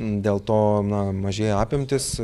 dėl to na mažėja apimtys